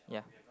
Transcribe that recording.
yeah